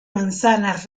manzanas